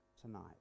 tonight